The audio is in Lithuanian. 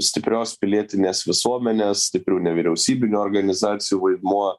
stiprios pilietinės visuomenės stiprių nevyriausybinių organizacijų vaidmuo